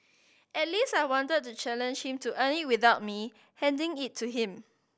at least I wanted to challenge him to earn it without me handing it to him